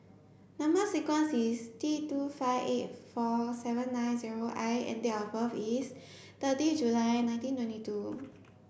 number sequence is T two five eight four seven nine zero I and date of birth is thirty July nineteen twenty two